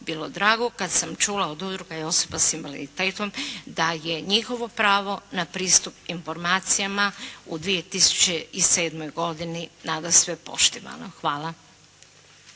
bilo drago kad sam čula od Udruga osoba sa invaliditetom da je njihovo pravo na pristup informacijama u 2007. godini nadasve poštivano. Hvala.